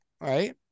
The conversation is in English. right